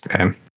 Okay